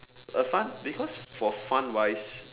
a fund because for fund wise